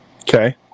Okay